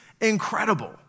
incredible